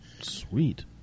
Sweet